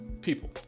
people